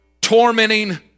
tormenting